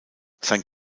sein